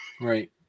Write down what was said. Right